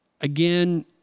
again